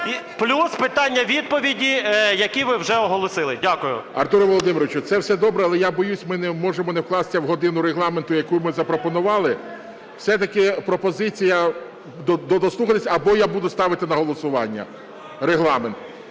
плюс питання-відповіді, які ви вже оголосили. Дякую. ГОЛОВУЮЧИЙ. Артуре Володимировичу, це все добре, але я боюсь, ми можемо не вкластися в годину регламенту, яку ми запропонували. Все-таки пропозиція дослухатись або я буду ставити на голосування регламент.